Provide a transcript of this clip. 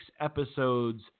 episodes